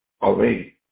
away